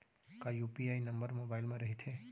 का UPI number mobile म रहिथे?